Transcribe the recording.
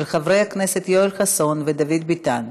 של חברי הכנסת יואל חסון ודוד ביטן.